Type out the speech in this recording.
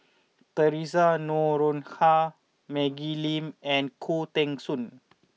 Theresa Noronha Maggie Lim and Khoo Teng Soon